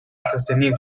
sostenible